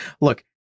Look